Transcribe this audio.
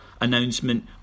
announcement